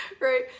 Right